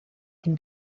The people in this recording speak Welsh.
dim